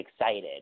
excited